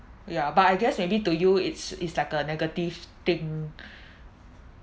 ya but I guess maybe to you it's it's like a negative thing